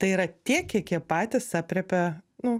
tai yra tiek kiek jie patys aprėpia nu